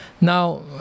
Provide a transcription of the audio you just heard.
Now